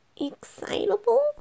excitable